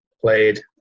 played